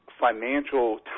financial